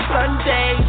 Sunday